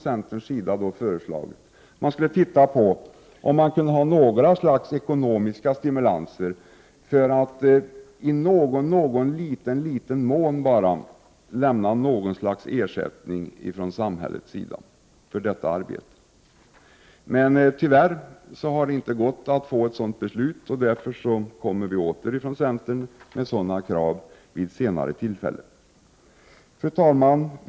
Centern har föreslagit att man skulle se om man kunde ge några ekonomiska stimulanser för att i någon liten mån lämna ersättning från samhällets sida för detta arbete. Men tyvärr har det inte gått att få till stånd ett sådant beslut. Därför kommer centern åter med sådana krav vid ett senare tillfälle. Fru talman!